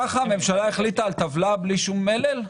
ככה הממשלה החליטה על טבלה בלי שום מלל?